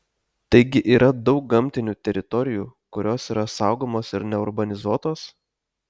taigi yra daug gamtinių teritorijų kurios yra saugomos ir neurbanizuotos